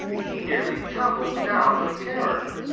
he nearly tumbled down with terror.